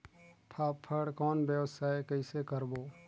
फाफण कौन व्यवसाय कइसे करबो?